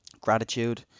gratitude